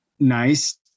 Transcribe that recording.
nice